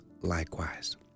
likewise